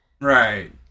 Right